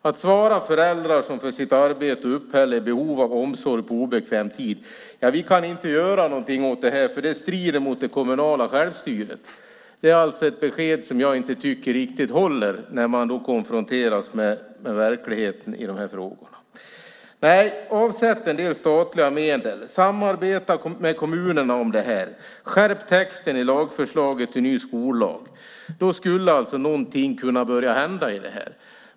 Att svara föräldrar som för sitt arbete och uppehälle är i behov av omsorg på obekväm tid "vi kan inte göra någonting åt det här, för det strider mot det kommunala självstyret" tycker jag inte riktigt håller när man konfronteras med verkligheten i de här frågorna. Nej, avsätt en del statliga medel! Samarbeta med kommunerna om det här! Skärp texten i förslaget till ny skollag! Då skulle någonting kunna börja hända.